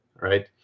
right